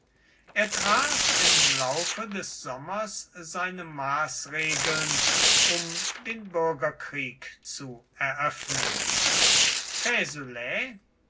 er traf im laufe des sommers seine maßregeln um den bürgerkrieg zu eröffnen